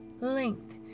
length